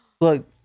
Look